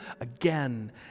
again